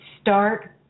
start